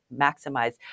maximize